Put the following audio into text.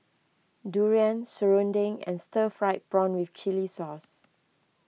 Durian Serunding and Stir Fried Prawn with Chili Sauce